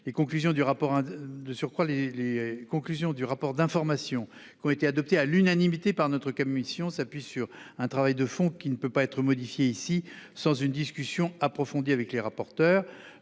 les conclusions du rapport d'information adoptées à l'unanimité par notre commission s'appuient sur un travail de fond qui ne peut pas être modifié ici sans une discussion approfondie avec les rapporteurs.